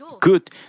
good